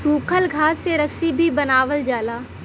सूखल घास से रस्सी भी बनावल जाला